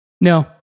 No